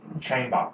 chamber